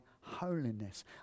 holiness